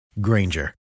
Granger